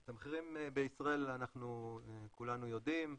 את המחירים בישראל אנחנו כולנו יודעים,